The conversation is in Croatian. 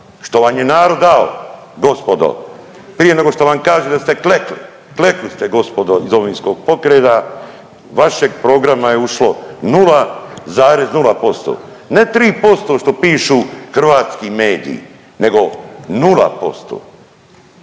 što vam je narod dao gospodo, prije nego što vam kažem da ste klekli, klekli ste gospodo iz DP-a, vašeg programa je ušlo 0,0%, ne 3% što pišu hrvatski mediji nego 0%.